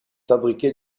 fabriqué